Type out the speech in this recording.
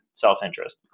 self-interest